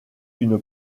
une